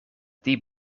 die